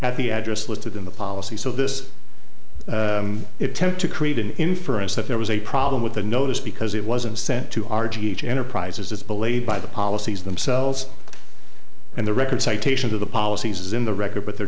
at the address listed in the policy so this it tends to create an inference that there was a problem with the notice because it wasn't sent to r g h enterprises it's believed by the policies themselves and the record citations of the policies in the record but they're